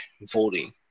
voting